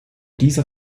dieser